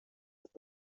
ist